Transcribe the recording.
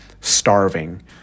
starving